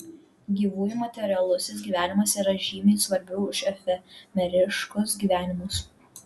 gyvųjų materialusis gyvenimas yra žymiai svarbiau už efemeriškus gyvenimus